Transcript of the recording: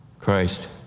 Christ